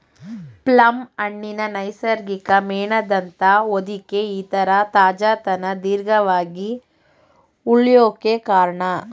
plum ಹಣ್ಣಿನ ನೈಸರ್ಗಿಕ ಮೇಣದಂಥ ಹೊದಿಕೆ ಇದರ ತಾಜಾತನ ದೀರ್ಘವಾಗಿ ಉಳ್ಯೋಕೆ ಕಾರ್ಣ